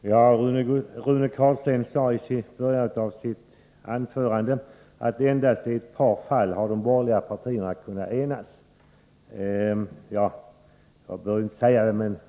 Herr talman! Rune Carlstein sade i början av sitt anförande att de borgerliga partierna i endast ett par fall har kunnat enas.